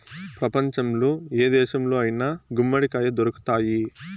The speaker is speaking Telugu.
ప్రపంచంలో ఏ దేశంలో అయినా గుమ్మడికాయ దొరుకుతాయి